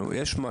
יש משהו.